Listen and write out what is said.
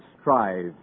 strive